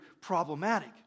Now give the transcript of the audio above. problematic